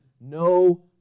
no